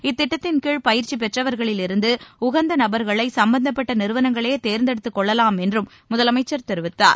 இத்திட்டத்தின் கீழ் பயிற்சி பெற்றவர்களிலிருந்து உகந்த நபர்களை சம்பந்தப்பட்ட நிறுவனங்களே தேர்ந்தெடுத்துக் கொள்ளலாம் என்றும் முதலமைச்சர் தெரிவித்தார்